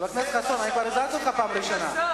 חבר הכנסת חסון, כבר הזהרתי אותך, פעם ראשונה.